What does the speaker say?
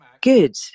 good